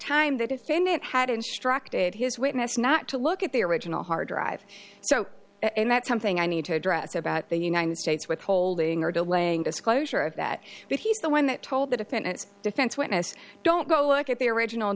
defendant had instructed his witness not to look at the original hard drive so that's something i need to address about the united states withholding or delaying disclosure of that but he's the one that told the defendant's defense witness don't go look at the original